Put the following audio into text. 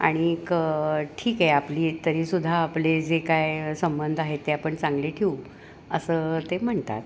आणि ठीक आहे आपली तरीसुद्धा आपले जे काय संबंध आहे ते आपण चांगले ठेऊ असं ते म्हणतात